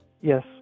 Yes